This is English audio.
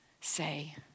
say